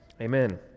amen